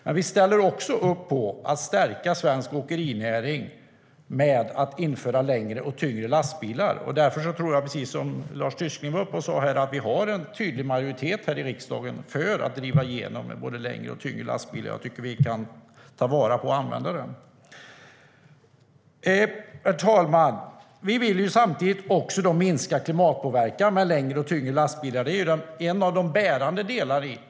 Men vi ställer också upp på att stärka svensk åkerinäring genom att införa längre och tyngre lastbilar. Precis som Lars Tysklind sa har vi en tydlig majoritet här i riksdagen för att driva igenom både längre och tyngre lastbilar, och jag tycker att vi ska använda den. Herr talman! Vi vill samtidigt minska klimatpåverkan med längre och tyngre lastbilar. Det är en av de bärande delarna.